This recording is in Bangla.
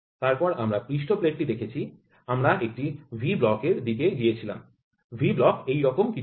তারপর আমরা পৃষ্ঠ প্লেটটি দেখেছি আমরা একটি ভি ব্লক এর দিকে গিয়েছিলাম ভি ব্লক এইরকম কিছু ছিল